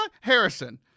Harrison